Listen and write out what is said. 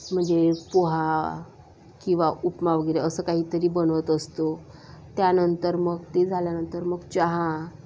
म्हणजे पोहा किंवा उपमा वगैरे असं काहीतरी बनवत असतो त्यानंतर मग ते झाल्यानंतर मग चहा